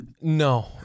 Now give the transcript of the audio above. No